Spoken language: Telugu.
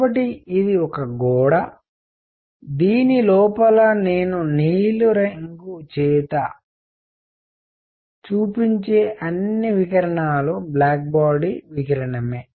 కాబట్టి ఇది ఒక గోడ దీని లోపల నేను నీలిరంగు చేత చూపించే అన్ని వికిరణాలు బ్లాక్ బాడీ వికిరణమే